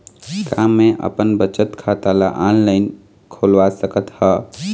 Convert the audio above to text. का मैं अपन बचत खाता ला ऑनलाइन खोलवा सकत ह?